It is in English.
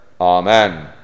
Amen